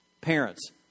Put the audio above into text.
Parents